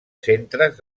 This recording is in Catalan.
centres